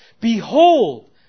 Behold